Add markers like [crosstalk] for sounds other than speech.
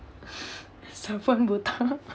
[breath] someone botak [laughs]